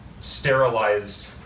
sterilized